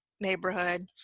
neighborhood